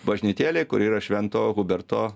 bažnytėlėj kur yra švento huberto